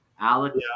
Alex